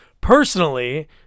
personally